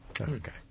Okay